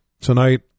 tonight